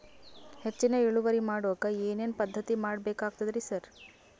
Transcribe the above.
ಹೆಚ್ಚಿನ್ ಇಳುವರಿ ಮಾಡೋಕ್ ಏನ್ ಏನ್ ಪದ್ಧತಿ ಮಾಡಬೇಕಾಗ್ತದ್ರಿ ಸರ್?